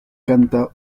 canta